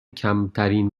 کمترین